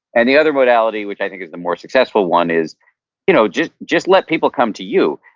and the other modality, which i think is the more successful one is you know just just let people come to you.